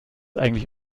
eigentlich